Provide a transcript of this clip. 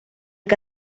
que